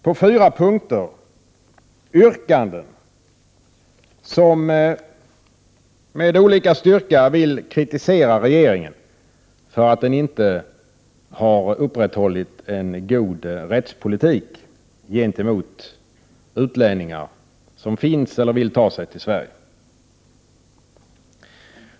På fyra punkter finns yrkanden om att med olika styrka kritisera regeringen för att den inte har upprätthållit en god rättspolitik gentemot utlänningar som finns i eller vill ta sig till Sverige.